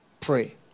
Pray